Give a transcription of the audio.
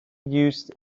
used